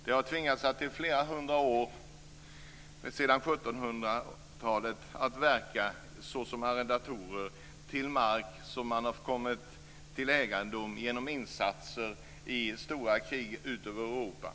Den har tvingats att i flera hundra år, sedan 1700-talet, verka såsom arrendatorer av mark som har kommit till egendom genom insatser i stora krig ute i Europa.